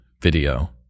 video